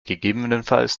gegebenenfalls